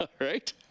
right